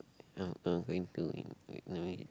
ah uh going to